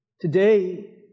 today